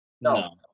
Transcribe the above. no